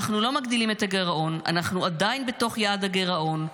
"-- אנחנו לא מגדילים את הגירעון --- אנחנו עדיין בתוך יעד הגירעון,